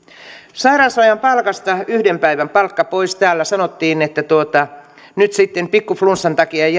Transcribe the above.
sairausajan palkasta yhden päivän palkka pois täällä sanottiin että nyt sitten pikku flunssan takia ei